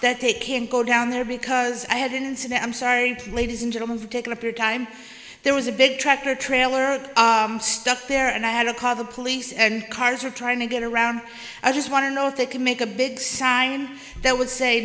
that they can't go down there because i had an incident i'm sorry ladies and gentlemen for taking up your time there was a big tractor trailer stuck there and i had to call the police and cars are trying to get around i just want to know if they can make a big sign that would say